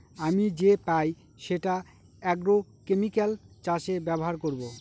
আমি যে পাই সেটা আগ্রোকেমিকাল চাষে ব্যবহার করবো